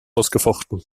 ausgefochten